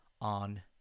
on